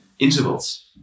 intervals